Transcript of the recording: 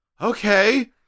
okay